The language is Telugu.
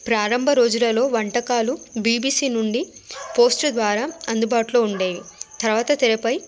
ప్రారంభ రోజులలో వంటకాలు బీబీసి నుండి పోస్ట్ ద్వారా అందుబాటులో ఉండేవి తరువాత తెరపై